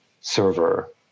server